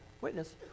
witness